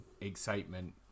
excitement